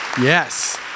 Yes